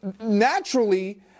naturally